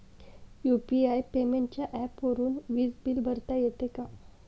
UPI पेमेंटच्या ऍपवरुन वीज बिल भरता येते का?